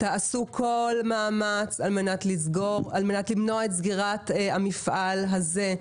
תעשו כל מאמץ על מנת למנוע את סגירת המפעל הזה.